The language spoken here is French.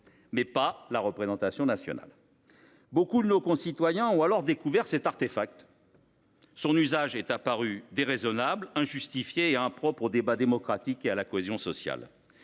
mais pas la représentation nationale ! Beaucoup de nos concitoyens ont alors découvert cet artifice. Son usage est apparu déraisonnable, injustifié et impropre au débat démocratique et à la cohésion sociale.